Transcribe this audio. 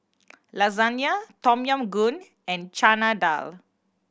Lasagna Tom Yam Goong and Chana Dal